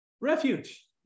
refuge